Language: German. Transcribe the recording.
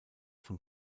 von